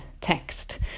text